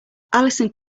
alison